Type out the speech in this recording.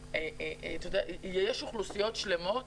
יש אוכלוסיות שלמות